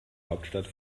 hauptstadt